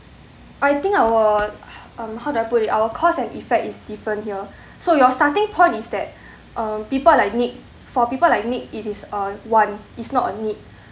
I think our um how do I put it our cause and effect is different here so you're starting point is that uh people like nick for people like nick it is a want is not need